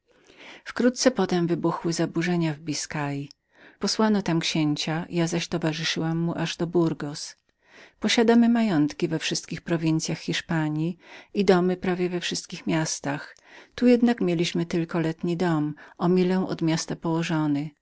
wkrótce potem wybuchnęły zaburzenia w biskai posłano tam księcia ja zaś towarzyszyłam mu aż do burgos posiadamy majątki we wszystkich prowincyach hiszpanji i domy we wszystkich miastach tu jednak mieliśmy tylko letni dom o milę od miasta położony